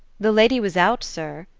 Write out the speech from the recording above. the lady was out, sir,